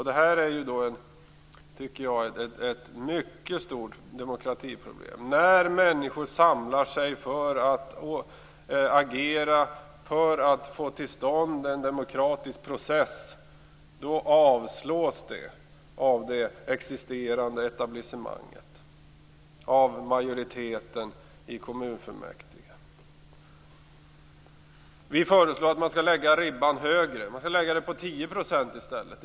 Detta är ett mycket stort demokratiproblem. När människor samlar sig i ett agerande för att få till stånd en demokratisk process, avslås det av det existerande etablissemanget, dvs. av majoriteten i kommunfullmäktige. Vi föreslår att man skall lägga ribban högre. Man skall lägga den på 10 % i stället.